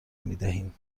میدهیم